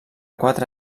quatre